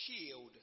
shield